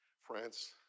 France